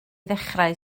ddechrau